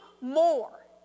more